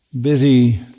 busy